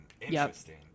Interesting